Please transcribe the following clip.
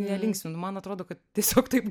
nelinksminu man atrodo kad tiesiog taip